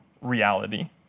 reality